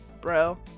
bro